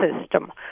System